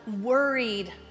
worried